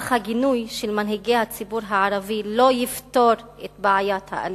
אך הגינוי של מנהיגי הציבור הערבי לא יפתור את בעיית האלימות.